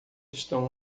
estão